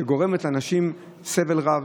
שגורמת לאנשים סבל רב